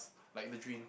like the drain